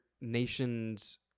nation's